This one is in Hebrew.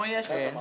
כמו ישו.